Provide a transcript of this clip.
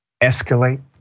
escalate